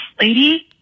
lady